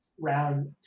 round